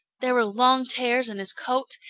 there were long tears in his coat,